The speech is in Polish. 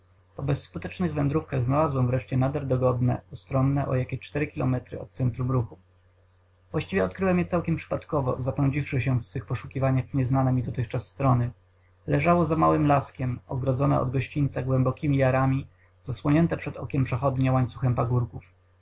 bezskutecznych wędrówkach znalazłem wreszcie nader dogodne ustronne o jakie cztery kilometry od centrum ruchu właściwie odkryłem je całkiem przypadkowo zapędziwszy się w swych poszukiwaniach w nieznane mi dotychczas strony leżało za małym laskiem ogrodzone od gościńca głębokimi jarami zasłonięte przed okiem przechodnia łańcuchem pagórków